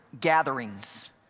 gatherings